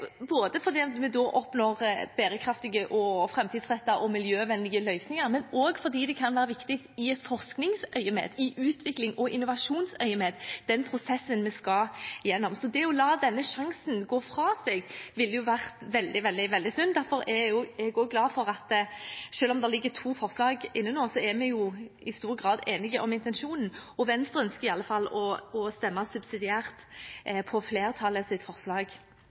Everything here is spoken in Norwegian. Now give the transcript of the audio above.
både fordi vi da oppnår bærekraftige, framtidsrettede og miljøvennlige løsninger, og fordi den prosessen en skal igjennom, kan være viktig i et forskningsøyemed og i et utviklings- og innovasjonsøyemed. Det å la denne sjansen gå fra seg ville vært veldig synd. Derfor er jeg glad for at selv om det foreligger to forslag, er vi i stor grad enige om intensjonen. Venstre ønsker i alle fall å stemme subsidiært for flertallets forslag